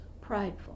prideful